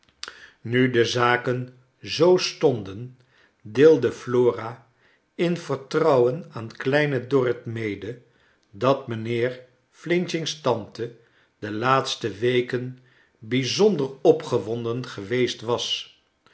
nu de zaken zoo stonden deelde flora in vertrouwen aan kleine dorrit mede dat mijnheer f's tante de laatste weken bijzonder opgewonden geweest was